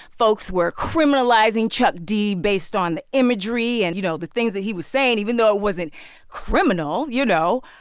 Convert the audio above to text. folks were criminalizing chuck d based on the imagery and, you know, the things that he was saying, even though it wasn't criminal, you know,